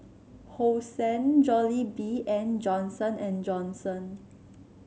Hosen Jollibee and Johnson And Johnson